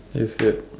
is it